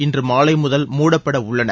இன்று மாலை முதல் மூடப்படவுள்ளன